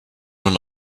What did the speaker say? when